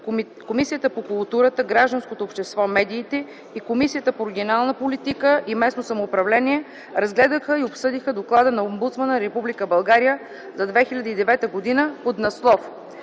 Комисията по културата, гражданското общество и медиите и Комисията по регионална политика и местно самоуправление разгледаха и обсъдиха Доклада на омбудсмана на Република България за 2009 г., под надслов